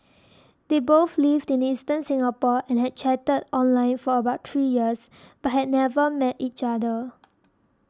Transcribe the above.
they both lived in eastern Singapore and had chatted online for about three years but had never met each other